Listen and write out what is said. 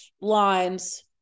lines